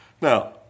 Now